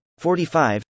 45